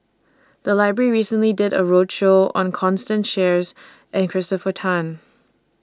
The Library recently did A roadshow on Constance Sheares and Christopher Tan